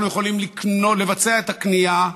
אנחנו יכולים לבצע את הקנייה,